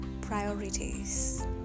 priorities